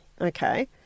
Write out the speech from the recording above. Okay